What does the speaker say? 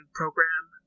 program